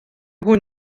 hwn